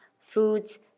foods